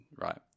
right